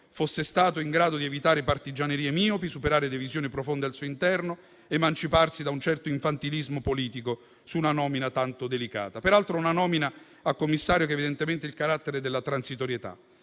fosse stato in grado di evitare partigianerie miopi, superare divisioni profonde al suo interno, emanciparsi da un certo infantilismo politico su una nomina tanto delicata. Peraltro, è una nomina a commissario che evidentemente ha il carattere della transitorietà.